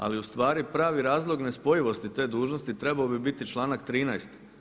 Ali u stvari pravi razlog nespojivosti te dužnosti trebao bi biti članak 13.